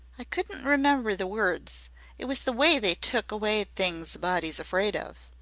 i couldn't remember the words it was the way they took away things a body's afraid of.